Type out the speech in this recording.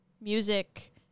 music